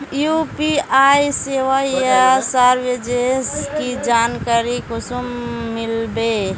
UPI सेवाएँ या services की जानकारी कुंसम मिलबे?